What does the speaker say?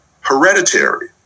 hereditary